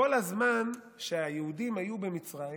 כל הזמן שהיהודים היו במצרים,